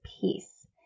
peace